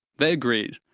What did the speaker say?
they agreed.